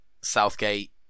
Southgate